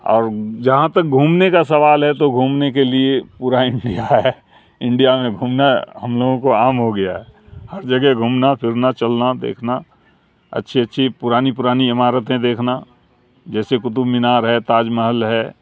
اور جہاں تک گھومنے کا سوال ہے تو گھومنے کے لیے پورا انڈیا ہے انڈیا میں گھومنا ہم لوگوں کو عام ہو گیا ہے ہر جگہ گھومنا پھرنا چلنا دیکھنا اچھی اچھی پرانی پرانی عمارتیں دیکھنا جیسے قطب مینار ہے تاج محل ہے